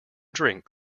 drink